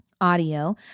audio